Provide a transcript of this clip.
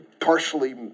partially